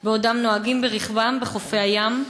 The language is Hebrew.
בעודם נוהגים ברכבם בחופי הים.